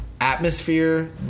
atmosphere